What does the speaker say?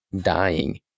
dying